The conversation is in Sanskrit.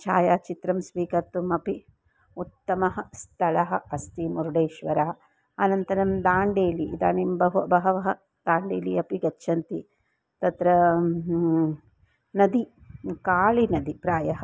छायाचित्रं स्वीकर्तुमपि उत्तमं स्तलम् अस्ति मुरुडेश्वर अनन्तरं दाण्डेली इदानीं बहु बहवः दाण्डेली अपि गच्छन्ति तत्र नदी कालिनदी प्रायः